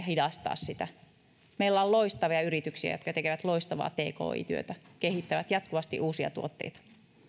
hidastaa sitä meillä on loistavia yrityksiä jotka tekevät loistavaa tki työtä kehittävät jatkuvasti uusia tuotteita